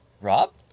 Rob